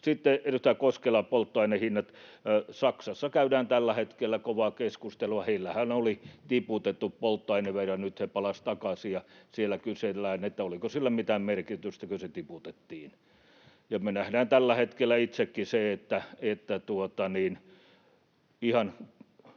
Sitten edustaja Koskela, polttoaineen hinnat: Saksassa käydään tällä hetkellä kovaa keskustelua. Heillähän oli tiputettu polttoainevero. Nyt he palasivat takaisin, ja siellä kysellään, oliko sillä mitään merkitystä, kun se tiputettiin. Me nähdään tällä hetkellä itsekin se, että ihan